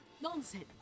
Nonsense